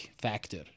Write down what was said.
factor